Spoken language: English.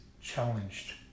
challenged